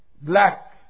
black